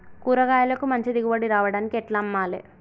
కూరగాయలకు మంచి దిగుబడి రావడానికి ఎట్ల అమ్మాలే?